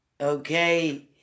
okay